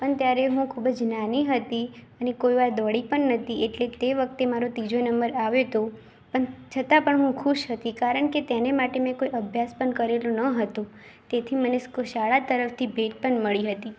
પણ ત્યારે હું ખૂબ જ નાની હતી અને કોઇવાર દોડી પણ નહોતી એટલે એ વખતે મારો ત્રીજો નંબર આવ્યો હતો છતાં પણ હું ખુશ હતી કારણકે તેને માટે મેં કોઈ અભ્યાસ પણ કરેલો ન હતો તેથી મને સ્કૂ શાળા તરફથી ભેટ પણ મળી હતી